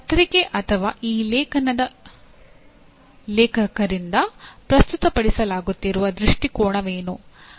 ಪತ್ರಿಕೆ ಅಥವಾ ಆ ಲೇಖನದ ಲೇಖಕರಿಂದ ಪ್ರಸ್ತುತ ಪಡಿಸಲಾಗುತ್ತಿರುವ ದೃಷ್ಟಿಕೋನವೇನು